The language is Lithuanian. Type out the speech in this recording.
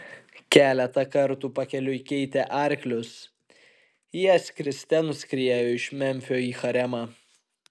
keletą kartų pakeliui keitę arklius jie skriste nuskriejo iš memfio į haremą